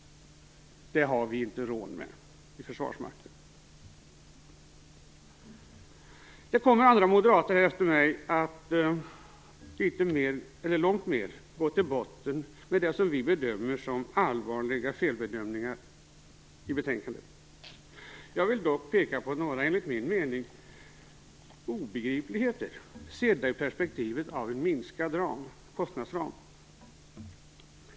Det har vi inte råd med i Försvarsmakten. Andra moderater kommer efter mig att långt mer gå till botten med det som vi bedömer som allvarliga felbedömningar i betänkandet. Jag vill dock peka på några obegripligheter, enligt min mening, sedda i perspektivet av en minskad kostnadsram.